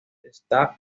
está